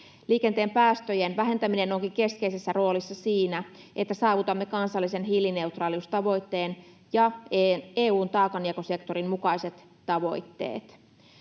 Liikenteen päästöjen vähentäminen onkin keskeisessä roolissa siinä, että saavutamme kansallisen hiilineutraaliustavoitteen ja EU:n taakanjakosektorin mukaiset tavoitteet.